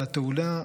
לתאונה,